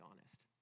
honest